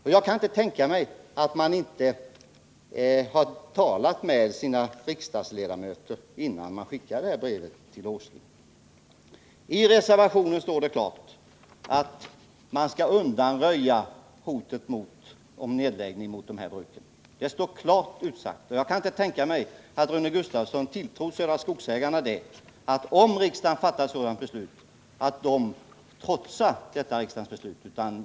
Och jag kan inte tänka mig att de inte har talat med sina riksdagsledamöter innan de skickade detta brev till Nils Åsling. I reservationen står det klart utsagt att man skall undanröja hotet om nedläggning mot de här bruken. Och jag kan inte tänka mig att Rune Gustavsson — om riksdagen fattar ett sådant beslut — tror att Södra Skogsägarna skulle trotsa detta riksdagens beslut.